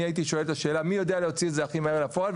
הייתי שואל את השאלה מי יודע להוציא את זה הכי מהר לפועל,